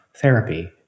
therapy